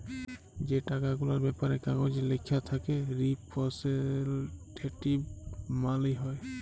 যে টাকা গুলার ব্যাপারে কাগজে ল্যাখা থ্যাকে রিপ্রেসেলট্যাটিভ মালি হ্যয়